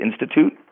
institute